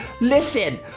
listen